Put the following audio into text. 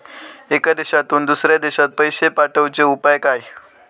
एका देशातून दुसऱ्या देशात पैसे पाठवचे उपाय काय?